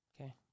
Okay